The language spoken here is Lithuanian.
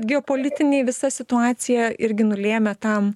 geopolitiniai visa situacija irgi nulėmė tam